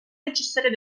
necessaria